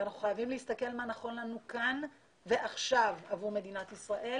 ואנחנו חייבים להסתכל על מה נכון לנו כאן ועכשיו עבור מדינת ישראל